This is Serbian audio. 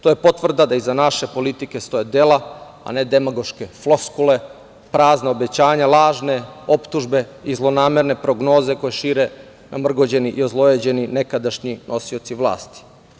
To je potvrda da iza naše politike stoje dela, a ne demagoške floskule, prazna obećanja, lažne optužbe i zlonamerne prognoze koje šire namrgođeni i ozlojađeni nekadašnji nosioci vlasti.